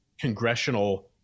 congressional